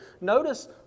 Notice